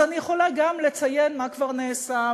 אז אני יכולה גם לציין מה כבר נעשה,